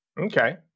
Okay